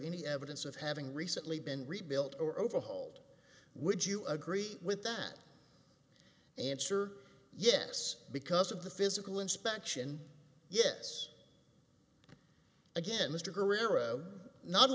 any evidence of having recently been rebuilt or overhauled would you agree with that answer yes because of the physical inspection yes again